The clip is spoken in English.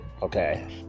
Okay